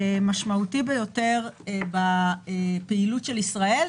ומשמעותי ביותר בפעילות של ישראל,